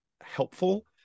helpful